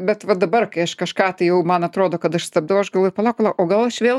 bet va dabar kai aš kažką tai jau man atrodo kad aš stabdau aš galvoju palauk palauk o gal aš vėl